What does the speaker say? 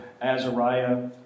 Azariah